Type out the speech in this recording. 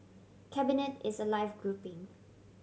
cabinet is a live grouping